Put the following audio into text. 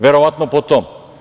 Verovatno po tom.